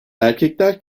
erkekler